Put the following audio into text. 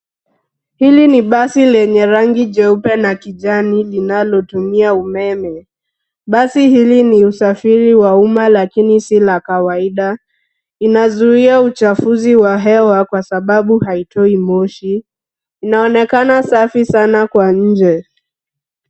Hili ni basi lenye rangi jeupe na kijani linalotumia umeme. Basi hili ni usafiri wa umma lakini si wa kawaida. Inazuia uchafuzi wa hewa kwa sababu haitoi moshi. Inaonekana safi sana kwa nje.